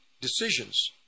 decisions